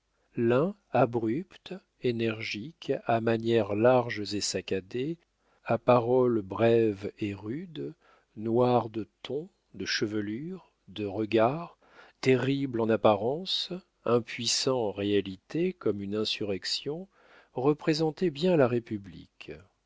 l'un abrupte énergique à manières larges et saccadées à parole brève et rude noir de ton de chevelure de regard terrible en apparence impuissant en réalité comme une insurrection représentait bien la république